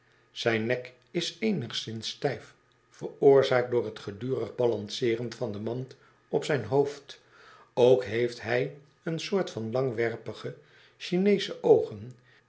zijn nek is eenigszins stijf veroorzaakt door t gedurig balanceeren van de mand op zijn hoofd ook heeft hij een soort van langwerpige hineesche oogen